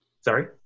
Sorry